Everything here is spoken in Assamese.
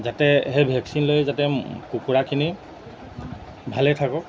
যাতে সেই ভেকচিন লৈ যাতে কুকুৰাখিনি ভালেই থাকক